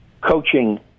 coaching